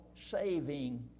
saving